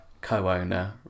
co-owner